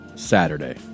Saturday